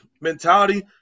mentality